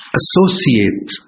associate